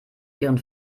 ihren